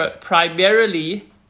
primarily